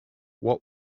what